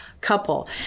couple